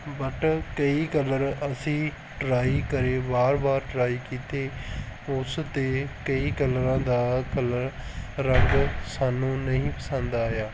but ਕਈ colour ਅਸੀਂ try ਕਰੇ ਵਾਰ ਵਾਰ ਟਰਾਈ ਕੀਤੇ ਉਸ 'ਤੇ ਕਈ ਕਲਰਾਂ ਦਾ ਕਲਰ ਰੰਗ ਸਾਨੂੰ ਨਹੀਂ ਪਸੰਦ ਆਇਆ